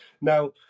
Now